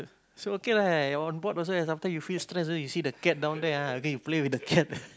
so okay lah on board also sometimes you feel stress ah you see the cat down there ah and then you play with the cat